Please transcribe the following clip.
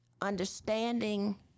understanding